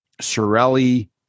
Sorelli